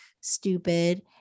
stupid